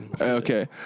Okay